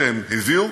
שהם הביאו,